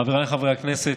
חבריי חברי הכנסת,